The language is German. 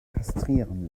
kastrieren